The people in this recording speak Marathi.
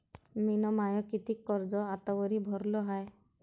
मिन माय कितीक कर्ज आतावरी भरलं हाय?